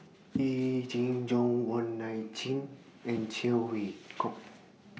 Yee Jenn Jong Wong Nai Chin and Cheng Wai Keung